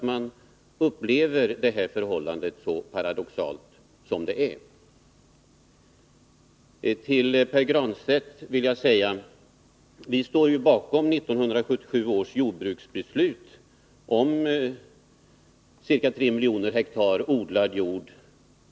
Till Pär Granstedt vill jag säga: Vi står bakom 1977 års jordbruksbeslut om ca 3 miljoner hektar odlad jord.